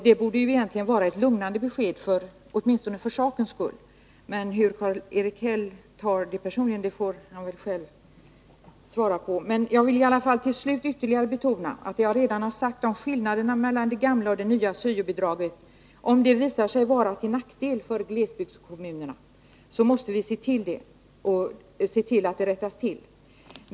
Det borde egentligen vara ett lugnande besked åtminstone för sakens skull — hur Karl-Erik Häll tar det personligen får han själv svara på. Jag vill betona vad jag redan har sagt, att om det visar sig att det nya syo-bidraget jämfört med det gamla blir till nackdel för glesbygdskommunerna får vi rätta till det.